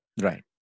Right